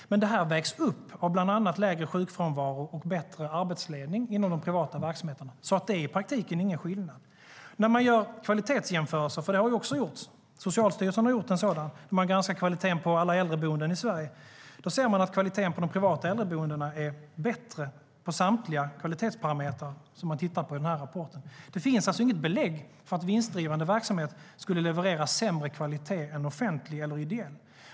Det vägs dock upp av bland annat lägre sjukfrånvaro och bättre arbetsledning inom de privata verksamheterna. I praktiken är det alltså ingen skillnad. Socialstyrelsen har gjort en kvalitetsjämförelse där man har granskat kvaliteten på alla äldreboenden i Sverige. I rapporten ser man att kvaliteten på de privata äldreboendena är bättre på samtliga kvalitetsparametrar som man har tittat på. Det finns alltså inget belägg för att vinstdrivande verksamhet skulle leverera sämre kvalitet än offentlig eller ideell.